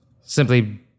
simply